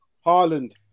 Harland